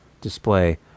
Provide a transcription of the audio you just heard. display